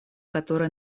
которые